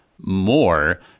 more